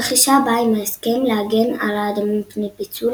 הרכישה באה עם ההסכם "להגן על האדמה מפני פיצול,